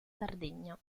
sardegna